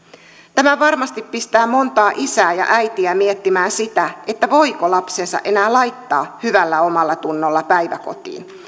tämä varmasti pistää monta isää ja äitiä miettimään sitä voiko lapsen enää laittaa hyvällä omallatunnolla päiväkotiin